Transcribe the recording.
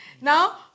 Now